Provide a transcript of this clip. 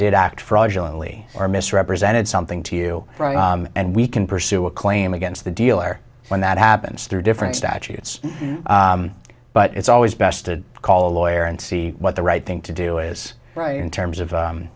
did act fraudulent only or misrepresented something to you and we can pursue a claim against the dealer when that happens through different statutes but it's always best to call a lawyer and see what the right thing to do is right in terms of